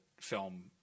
film